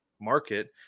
market